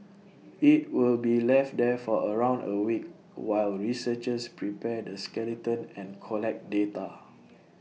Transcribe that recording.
IT will be left there for around A week while researchers prepare the skeleton and collect data